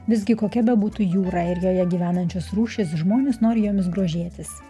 visgi kokia bebūtų jūra ir joje gyvenančios rūšys žmonės nori jomis grožėtis